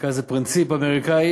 נקרא לזה: פרינציפ אמריקני,